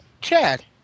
Chad